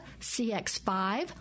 CX5